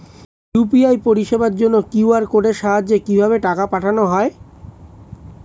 UPI পরিষেবার জন্য QR কোডের সাহায্যে কিভাবে টাকা পাঠানো হয়?